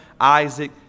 Isaac